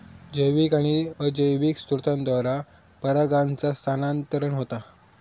जैविक आणि अजैविक स्त्रोतांद्वारा परागांचा स्थानांतरण होता